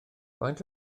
faint